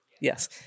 Yes